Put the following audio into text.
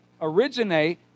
originate